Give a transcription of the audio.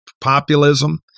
populism